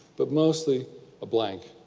but mostly a blank.